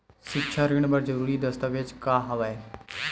सिक्छा ऋण बर जरूरी दस्तावेज का हवय?